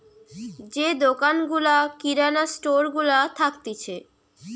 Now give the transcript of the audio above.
যে দোকান গুলা কিরানা স্টোর গুলা থাকতিছে